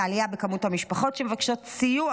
את העלייה בכמות המשפחות שמבקשות סיוע